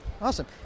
Awesome